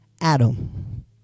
Adam